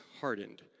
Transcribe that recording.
hardened